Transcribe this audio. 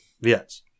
Yes